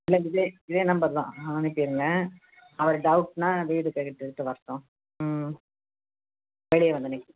இல்லை இதே இதே நம்பர் தான் அனுப்பிவிடுங்க அப்புறம் டவுட்டுனா வீடு தேடிக்கிட்டு வரட்டும் ம் வெளியே வந்து நிக்